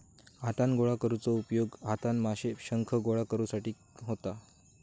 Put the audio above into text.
हातान गोळा करुचो उपयोग हातान माशे, शंख गोळा करुसाठी होता